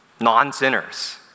non-sinners